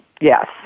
yes